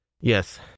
Yes